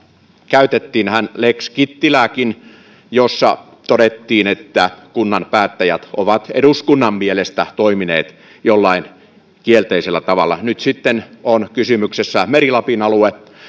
käytettiinhän lex kittilääkin jossa todettiin että kunnan päättäjät ovat eduskunnan mielestä toimineet kielteisellä tavalla nyt sitten on kysymyksessä meri lapin alue